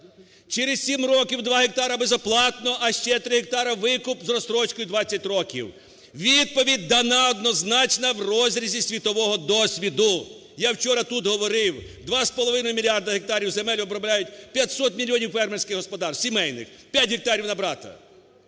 Через 7 років 2 гектара безоплатно, а ще 3 гектара – викуп з розстрочкою 20 років. Відповідь дана однозначна в розрізі світового досвіду. В вчора тут говорив, 2,5 мільярди гектарів земель обробляють 500 мільйонів фермерських господарств сімейних, 5 гектарів на брата.